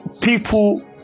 people